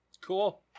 Cool